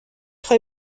خوای